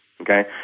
Okay